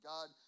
God